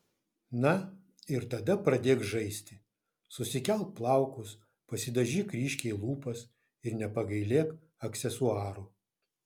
na ir tada pradėk žaisti susikelk plaukus pasidažyk ryškiai lūpas ir nepagailėk aksesuarų